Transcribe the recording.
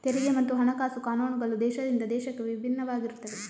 ತೆರಿಗೆ ಮತ್ತು ಹಣಕಾಸು ಕಾನೂನುಗಳು ದೇಶದಿಂದ ದೇಶಕ್ಕೆ ಭಿನ್ನವಾಗಿರುತ್ತವೆ